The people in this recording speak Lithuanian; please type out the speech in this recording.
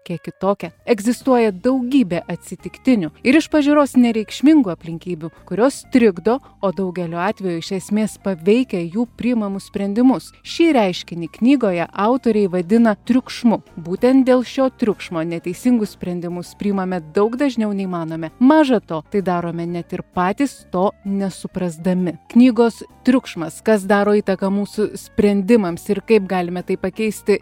kiek kitokia egzistuoja daugybė atsitiktinių ir iš pažiūros nereikšmingų aplinkybių kurios trikdo o daugeliu atveju iš esmės paveikia jų priimamus sprendimus šį reiškinį knygoje autoriai vadina triukšmu būtent dėl šio triukšmo neteisingus sprendimus priimame daug dažniau nei manome maža to tai darome net ir patys to nesuprasdami knygos triukšmas kas daro įtaką mūsų sprendimams ir kaip galime tai pakeisti